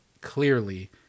clearly